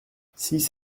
six